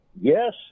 Yes